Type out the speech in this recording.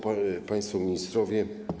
Państwo Ministrowie!